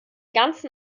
ganzen